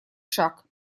шаг